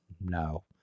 No